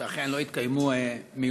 שאכן לא יתקיימו מיונים,